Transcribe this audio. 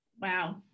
Wow